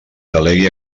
delegui